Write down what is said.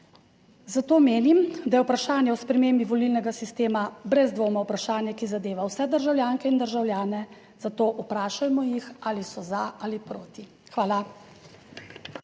Zato menim, da je vprašanje o spremembi volilnega sistema brez dvoma vprašanje, ki zadeva vse državljanke in državljane. Zato vprašajmo jih ali so za ali proti. Hvala.